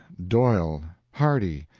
doyle hardy,